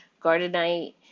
Gardenite